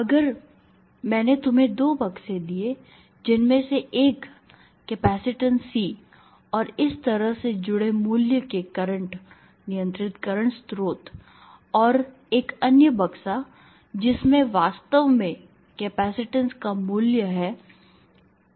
अगर मैंने तुम्हें दो बक्से दिए जिनमें से एक कैपेसिटेंस C और इस तरह से जुड़े मूल्य के करंट नियंत्रित करंट स्रोत और एक अन्य बक्सा जिसमें वास्तव में कैपेसिटेंस का मूल्य है k 1 × C